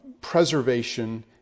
preservation